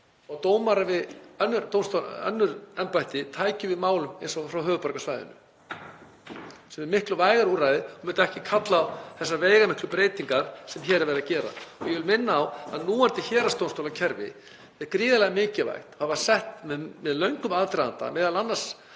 og dómarar við önnur embætti tækju við málum, eins og frá höfuðborgarsvæðinu, sem er miklu vægara úrræði og myndi ekki kalla á þessar veigamiklu breytingar sem hér er verið að gera? Ég vil minna á að núverandi héraðsdómstólakerfi er gríðarlega mikilvægt. Það var sett með löngum aðdraganda, m.a. vegna